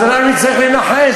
אז אנחנו נצטרך לנחש.